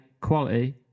quality